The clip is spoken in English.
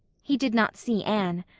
he did not see anne.